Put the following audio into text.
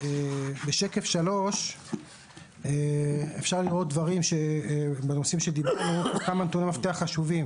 בשקף 3 אפשר לראות כמה נתוני מפתח חשובים